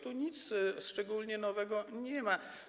Tu nic szczególnie nowego nie ma.